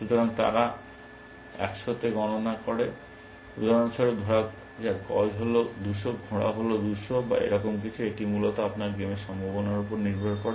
সুতরাং তারা 100 তে গণনা করে উদাহরণস্বরূপ ধরা যাক গজ হল 200 এবং ঘোড়া হল 220 বা এরকম কিছু এটি আসলে মূলত আপনার গেমের সম্ভাবনার উপর নির্ভর করে